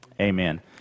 Amen